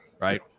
right